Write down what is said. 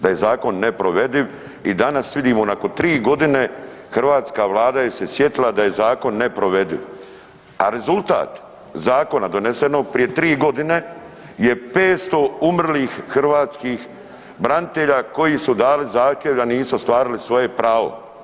Da je zakon neprovediv i danas vidimo, nakon 3 godine, hrvatska Vlada je se sjetila da je zakon neprovediv, a rezultat zakona donesenog prije 3 godine je 500 umrlih hrvatskih branitelja koji su dali zahtjev, a nisu ostvarili svoje pravo.